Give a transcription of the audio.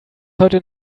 heute